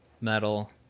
metal